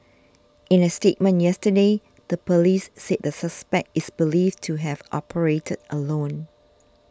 in a statement yesterday the police said the suspect is believed to have operated alone